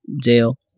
Dale